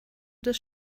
des